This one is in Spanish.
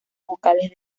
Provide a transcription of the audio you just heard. vocales